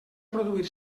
produir